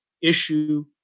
issue